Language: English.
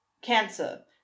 cancer